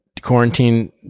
quarantine